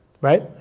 right